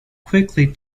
quickly